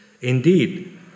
Indeed